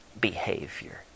behavior